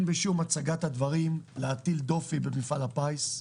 בשום הצגת הדברים להטיל דופי במפעל הפיס.